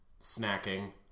Snacking